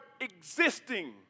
existing